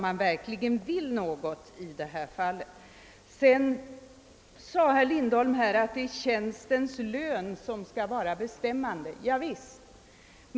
Herr Lindholm sade att det är tjänstens lön som skall vara bestämmande.